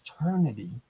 eternity